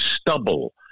stubble